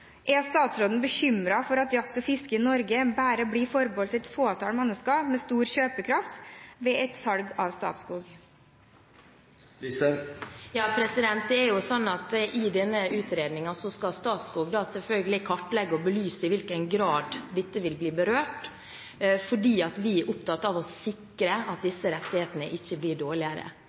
Er statsråden bekymret for at jakt og fiske i Norge bare blir forbeholdt et fåtall mennesker med stor kjøpekraft ved et salg av Statskog? I denne utredningen skal Statskog selvfølgelig kartlegge og belyse i hvilken grad dette vil bli berørt, fordi vi er opptatt av å sikre at disse rettighetene ikke blir dårligere.